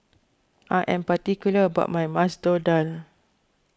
I am particular about my Masoor Dal